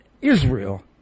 Israel